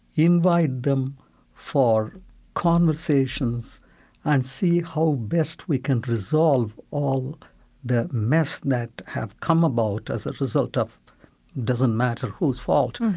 invite them for conversations and see how best we can resolve all the mess that have come about, as a result of doesn't matter whose fault,